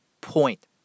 point